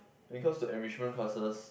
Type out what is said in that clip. because to enrichment classes